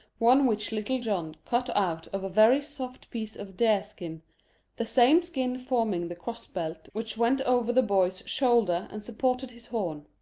one which little john cut out of a very soft piece of deer-skin, the same skin forming the cross-belt which went over the boy's shoulder and supported his horn.